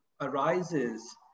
arises